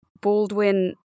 Baldwin